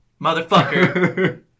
Motherfucker